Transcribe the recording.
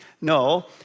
No